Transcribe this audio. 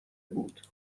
بود